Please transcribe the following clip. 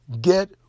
Get